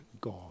God